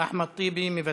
אחמד טיבי, מוותר,